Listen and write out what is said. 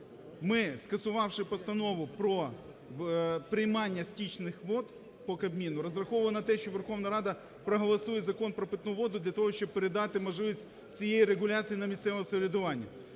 ми, скасувавши постанову про приймання стічних вод, по Кабміну, розраховували на те, що Верховна Рада проголосує Закон про питну воду для того, щоб передати можливість цієї регуляції на місцеве самоврядування.